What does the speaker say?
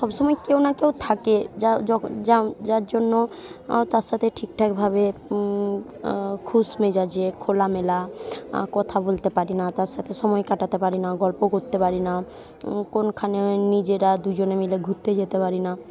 সব সময় কেউ না কেউ থাকে যা যার জন্য তার সাথে ঠিকঠাকভাবে খুশ মেজাজে খোলামেলা কথা বলতে পারি না তার সাথে সময় কাটাতে পারি না গল্প করতে পারি না কোনখানে নিজেরা দুইজনে মিলে ঘুরতে যেতে পারি না